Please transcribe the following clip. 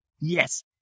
Yes